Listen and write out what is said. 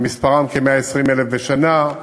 שמספרם כ-120,000 בשנה,